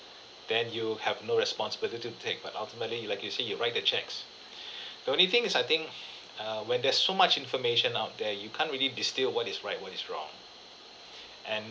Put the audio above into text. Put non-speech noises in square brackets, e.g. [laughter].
[breath] that you have no responsibility to take but ultimately like you say you write the cheques [breath] the only thing is I think [breath] err when there's so much information out there you can't really distil what is right what is wrong [breath] and